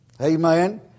Amen